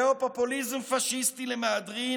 זהו פופוליזם פשיסטי למהדרין,